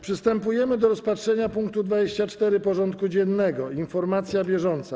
Przystępujemy do rozpatrzenia punktu 24. porządku dziennego: Informacja bieżąca.